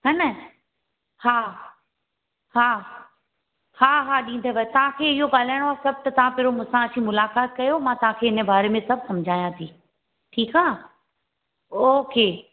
हा न हा हा हा हा ॾींदव तव्हांखे इहो ॻाल्हाइणो सभु त तव्हां पहिरियों मूंसां अची मुलाक़ाति कयो मां तव्हांखे हिन बारे में सभु समुझायां थी ठीकु आहे ओके